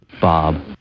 Bob